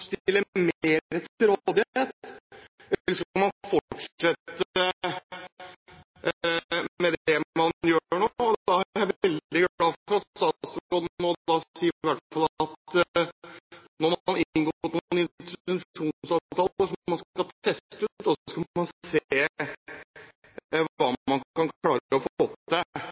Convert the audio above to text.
man fortsette med det man gjør nå? Jeg er veldig glad for at statsråden nå i hvert fall sier at man har inngått noen intensjonsavtaler som man skal teste ut, og så skal man se hva man kan klare å få